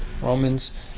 Romans